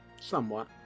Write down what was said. Somewhat